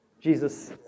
Jesus